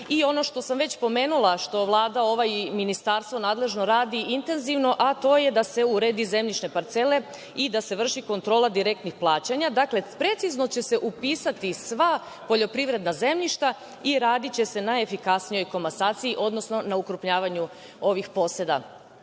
i ono što sam već pomenula, što ova Vlada i ministarstvo nadležno radi intenzivno, a to je da se urede zemljišne parcele i da se vrši kontrola direktnih plaćanja, dakle, precizno će se upisati sva poljoprivredna zemljišta i radiće se na efikasnijoj komasaciji, odnosno na ukrupnjavanju ovih poseda.Zašto